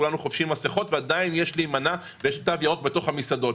כולנו חובשים מסכות והתו הירוק עדיין תקף בתוך המסעדות.